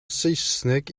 saesneg